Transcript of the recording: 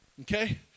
Okay